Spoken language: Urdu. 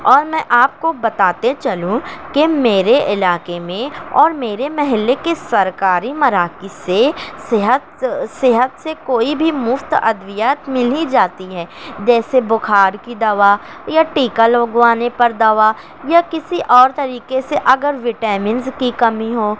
اور میں آپ کو بتاتے چلوں کہ میرے علاقے میں اور میرے محلے کے سرکاری مراکز سے صحت صحت سے کوئی بھی مفت ادویات مل ہی جاتی ہیں جیسے بخار کی دوا یا ٹیکہ لگوانے پر دوا یا کسی اور طریقے سے اگر وٹامنس کی کمی ہو